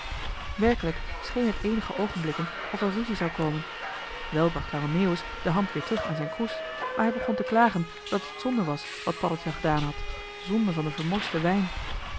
werkelijk scheen het eenige oogenblikken of er joh h been paddeltje de scheepsjongen van michiel de ruijter ruzie zou komen wel bracht lange meeuwis de hand weer terug aan zijn kroes maar hij begon te klagen dat het zonde was wat paddeltje gedaan had zonde van den vermorsten wijn